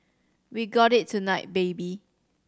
we got it tonight baby